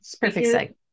perfect